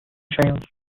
trails